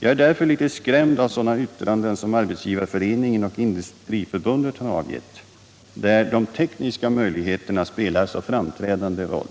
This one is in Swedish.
Jag är därför litet skrämd av sådana yttranden som Arbetsgivareföreningen och Industriförbundet avgivit där de tekniska möjligheterna spelar så framträdande roll.